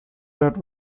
that